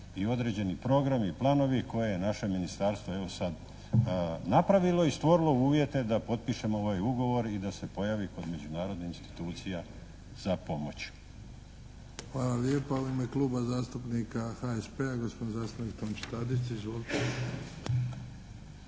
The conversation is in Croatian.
i određeni programi i planovi koje je naše ministarstvo evo sad napravilo i stvorilo uvjete da potpišemo ovaj ugovor i da se pojavi kod međunarodnih institucija za pomoć. **Bebić, Luka (HDZ)** Hvala lijepo. U ime Kluba zastupnika HSP-a, gospodin zastupnik Tonči Tadić. Izvolite!